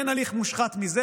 אין הליך מושחת מזה.